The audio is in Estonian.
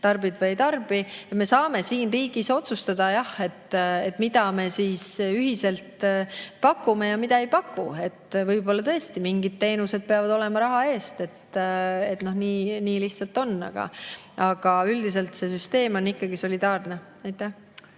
tarbime või ei tarbi. Me saame siin riigis otsustada, mida me siis ühiselt pakume ja mida ei paku. Võib-olla tõesti mingid teenused peavad olema raha eest. Nii lihtsalt on. Aga üldiselt on see süsteem ikkagi solidaarne. Anti